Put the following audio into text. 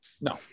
no